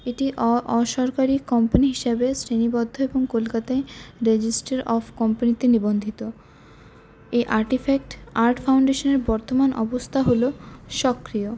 এটি অ অসরকারি কম্পানি হিসেবে শ্রেণীবদ্ধ এবং কলকাতায় রেজিস্টার অফ কোম্পানিতে নিবন্ধিত এই আর্টিফ্যাক্ট আর্ট ফাউন্ডেশন এর বর্তমান অবস্থা হল সক্রিয়